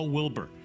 Wilbur